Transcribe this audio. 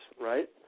right